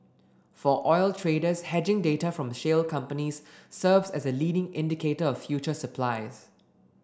for oil traders hedging data from shale companies serves as a leading indicator of future supplies